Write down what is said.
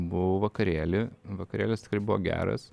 buvau vakarėly vakarėlis tikrai buvo geras